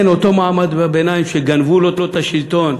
כן, אותו מעמד ביניים שגנבו לו את השלטון,